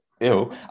Ew